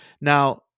Now